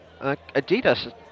Adidas